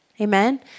Amen